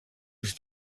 was